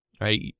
right